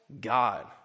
God